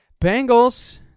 Bengals